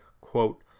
quote